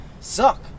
Suck